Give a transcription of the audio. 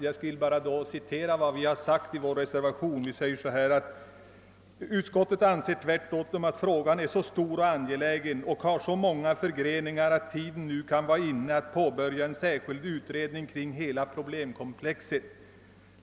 Jag vill citera vad vi sagt i reservationen: »Utskottet anser tvärtom att frågan är så stor och angelägen och har så många förgreningar att tiden nu kan vara inne att påbörja en särskild utredning kring hela problemkomplexet.